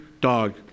dog